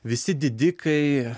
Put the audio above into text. visi didikai